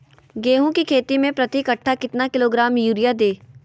गेंहू की खेती में प्रति कट्ठा कितना किलोग्राम युरिया दे?